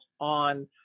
on